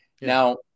Now